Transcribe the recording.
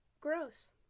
Gross